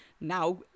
now